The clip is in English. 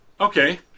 Okay